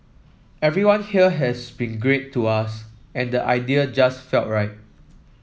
everyone here has been great to us and the idea just felt right